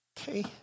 okay